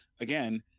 again